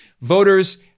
voters